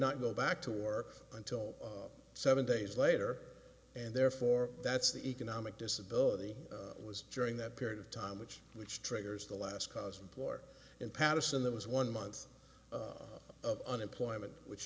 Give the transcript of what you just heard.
not go back to work until seven days later and therefore that's the economic disability was during that period of time which which triggers the last cause of war in paterson that was one month of unemployment which